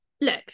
look